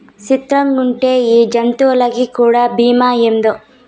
సిత్రంగాకుంటే ఈ జంతులకీ కూడా బీమా ఏందో